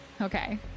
Okay